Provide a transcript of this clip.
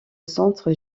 centre